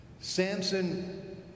Samson